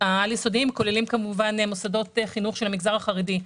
העל-יסודיים כוללים כמובן מוסדות חינוך של המגזר החרדי.